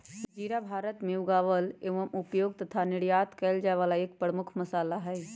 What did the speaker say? जीरा भारत में उगावल एवं उपयोग तथा निर्यात कइल जाये वाला एक प्रमुख मसाला हई